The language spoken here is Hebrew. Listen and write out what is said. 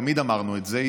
תמיד אמרנו את זה,